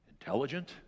intelligent